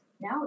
Now